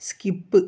skip